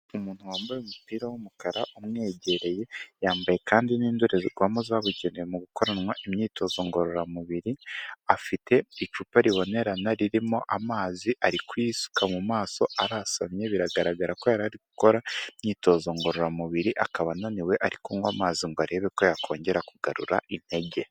Umuntu wambaye umupira w'umukara umwegereye, yambaye kandi n'indorerwamo zabugenewe mu gukoranwa imyitozo ngororamubiri, afite icupa ribonerana ririmo amazi, ari kuyisuka mu maso, arasamye, biragaragara ko yari ari gukora imyitozo ngororamubiri akaba ananiwe ari kunywa amazi ngo arebe ko yakongera kugarura intege.